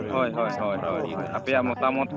ᱦᱳᱭ ᱦᱳᱭ ᱦᱳᱭ ᱦᱳᱭ ᱟᱯᱮᱭᱟᱜ ᱢᱚᱛᱟ ᱢᱚᱛ